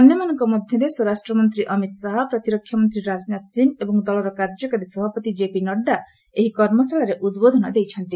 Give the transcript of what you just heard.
ଅନ୍ୟମାନଙ୍କ ମଧ୍ୟରେ ସ୍ୱରାଷ୍ଟ୍ର ମନ୍ତ୍ରୀ ଅମିତ୍ ଶାହା ପ୍ରତିରକ୍ଷା ମନ୍ତ୍ରୀ ରାଜନାଥ ସିଂ ଏବଂ ଦଳର କାର୍ଯ୍ୟକାରୀ ସଭାପତି କେପି ନଡ୍ଡା ଏହି କର୍ମଶାଳାରେ ଉଦ୍ବୋଧନ ଦେଇଛନ୍ତି